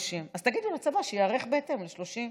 30. אז תגידו לצבא שייערך בהתאם ל-30.